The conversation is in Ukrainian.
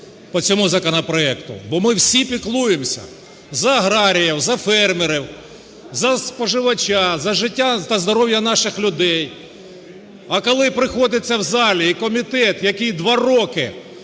по цьому законопроекту. Бо ми всі піклуємось за аграріїв, за фермерів, за споживача, за життя та здоров'я наших людей, а коли приходиться в залі, і комітет, який два роки